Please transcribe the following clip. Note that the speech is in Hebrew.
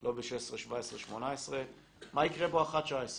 לא ב-16', 17', 18', מה יקרה בואך 19'?